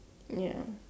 ya